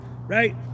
right